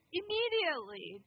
immediately